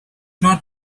not